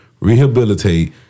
rehabilitate